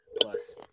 plus